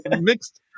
mixed